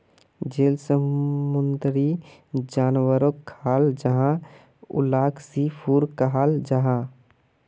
जेल समुंदरी जानवरोक खाल जाहा उलाक सी फ़ूड कहाल जाहा